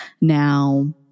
Now